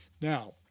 Now